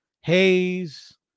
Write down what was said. Hayes